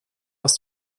aus